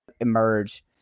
emerge